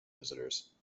visitors